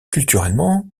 culturellement